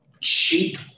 cheap